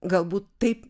galbūt taip